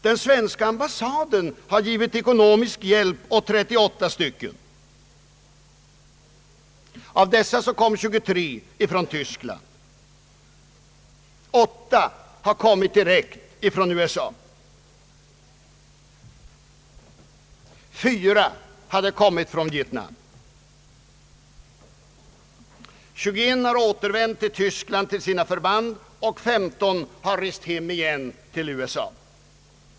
Den amerikanska ambassaden har givit ekonomisk hjälp åt 38. Av dessa kom 23 från Tyskland, åtta direkt från USA och fyra från Vietnam. 21 har återvänt till sina förband i Tyskland och 15 har rest hem igen till USA.